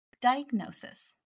Diagnosis